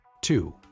Two